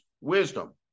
wisdom